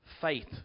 faith